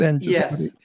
Yes